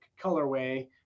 colorway